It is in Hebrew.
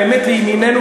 האמת לימיננו,